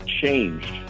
changed